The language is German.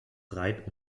breit